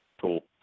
Cool